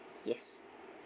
yes